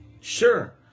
sure